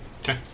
Okay